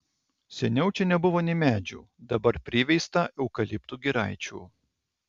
seniau čia nebuvo nė medžių dabar priveista eukaliptų giraičių